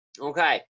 Okay